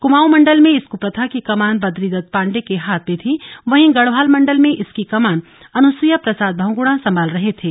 कमाऊं मण्डल में इस कप्रथा की कमान बद्री दत्त पाण्डे के हाथ में थी वहीं गढवाल मण्डल में इसकी कमान अनुसूया प्रसाद बहुगुणा संभाल रहे थे